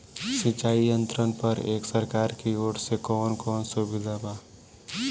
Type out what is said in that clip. सिंचाई यंत्रन पर एक सरकार की ओर से कवन कवन सुविधा बा?